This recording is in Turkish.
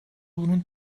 bunun